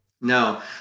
No